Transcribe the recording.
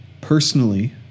Personally